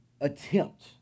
attempt